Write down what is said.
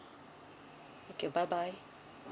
okay bye bye